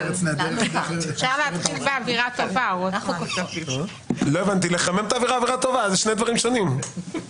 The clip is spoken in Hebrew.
האפוטרופוס הכללי פטור מבדיקת דו"ח